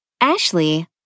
Ashley